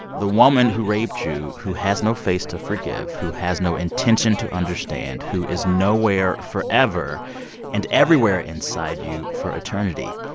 the woman who raped you who has no face to forgive, who has no intention to understand, who is nowhere forever and everywhere inside you for eternity?